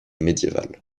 médiéval